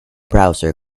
browser